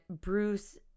Bruce